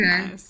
Okay